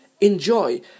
enjoy